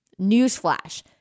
Newsflash